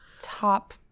Top